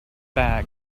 bag